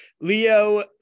Leo